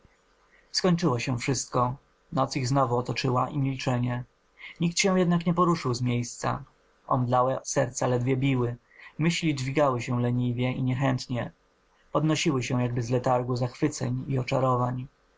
skończyło się wszystko noc ich znowu otoczyła i milczenie nikt się jednak nie poruszył z miejsca omdlałe serca ledwie biły myśli dźwigały się leniwie i niechętnie podnosiły się jakby z letargu zachwyceń i oczarowań